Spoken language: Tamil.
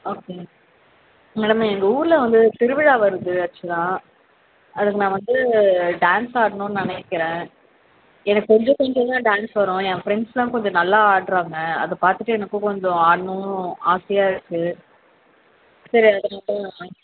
ஓகே மேடம் எங்கள் ஊரில் வந்து திருவிழா வருது ஆக்சுவலாக அதுக்கு நான் வந்து டான்ஸ் ஆடணும்னு நினைக்கிறேன் எனக்கு கொஞ்சம் கொஞ்சம்தான் டான்ஸ் வரும் என் ஃப்ரெண்ட்ஸெலாம் கொஞ்சம் நல்லா ஆடுறாங்க அதை பார்த்துட்டு எனக்கும் கொஞ்சம் ஆடணும் ஆசையாக இருக்குது சரி அதுக்காகதான் இது